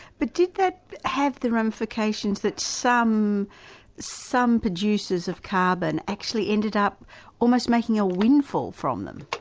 but did that have the ramifications that some some producers of carbon actually ended up almost making a windfall from them?